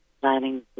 planning